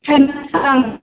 बेखायनो आं